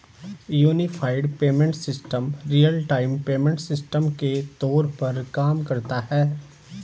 unified payment system real time payment system के तौर पर काम करता है